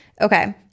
okay